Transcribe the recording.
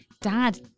dad